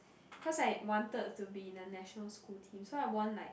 cause I wanted to be in the national school team so I won like